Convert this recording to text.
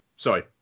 Sorry